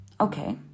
Okay